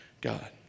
God